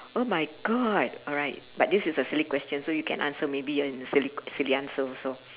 oh my god alright but this is a silly question so you can answer maybe in a silly silly answer also